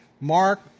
Mark